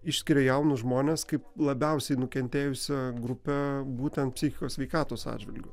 išskiria jaunus žmones kaip labiausiai nukentėjusią grupę būtent psichikos sveikatos atžvilgiu